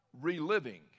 reliving